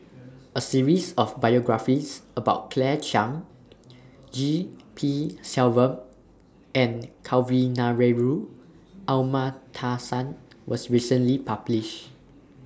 A series of biographies about Claire Chiang G P Selvam and Kavignareru Amallathasan was recently published